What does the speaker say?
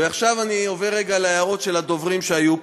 ועכשיו אני עובר רגע להערות של הדוברים שהיו פה.